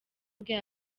bwe